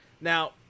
now